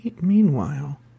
Meanwhile